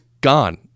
gone